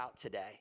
today